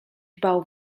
bał